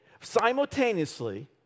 simultaneously